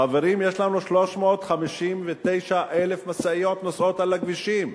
חברים, יש לנו 359,000 משאיות נוסעות על הכבישים.